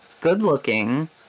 good-looking